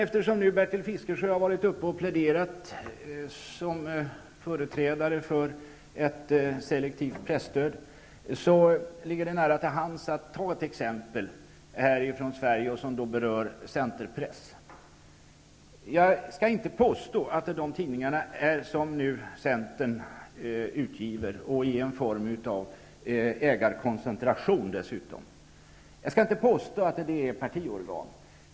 Eftersom Bertil Fiskesjö har pläderat som företrädare för ett selektivt presstöd, ligger det nära till hands att ta ett exempel härifrån Sverige och som berör centerpress. Jag skall inte påstå att de tidningar som Centern ger ut, och dessutom i en form av ägarkoncentration, är partiorgan.